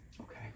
Okay